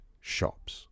shops